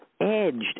edged